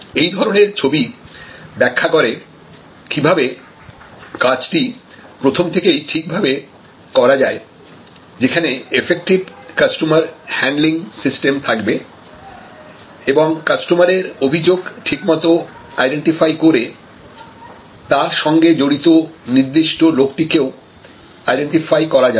এই ধরনের ছবি ব্যাখ্যা করে কিভাবে কাজটি প্রথম থেকেই ঠিক ভাবে করা যায় যেখানে এফেক্টিভ কাস্টমার হ্যান্ডলিং সিস্টেম থাকবে এবং কাস্টমারের অভিযোগ ঠিকমতো আইডেন্টিফাই করে তার সঙ্গে জড়িত নির্দিষ্ট লোকটিকেও আইডেন্টিফাই করা যাবে